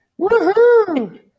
Woohoo